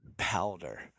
powder